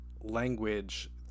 language